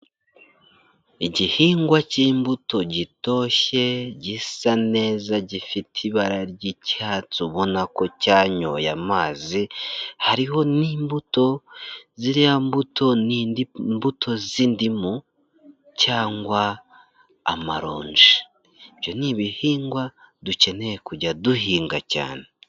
Igihingwa cy'imbuto gitoshye, gisa neza, gifite ibara ry'icyatsi ubona ko cyanyoye amazi, hariho n'imbuto, ziriya mbuto n'indi mbuto z'indimu cyangwa amaronji, ibyo ni ibihingwa dukeneye kujya duhinga cyane.